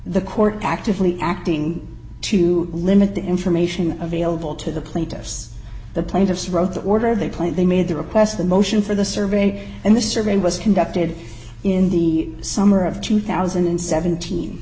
the court actively acting to limit the information available to the plaintiffs the plaintiffs wrote the order they played they made the request the motion for the survey and the survey was conducted in the summer of two thousand and seventeen